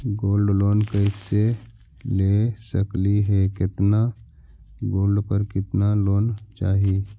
Gold loan कैसे ले सकली हे, कितना गोल्ड पर कितना लोन चाही?